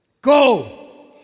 go